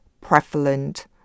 prevalent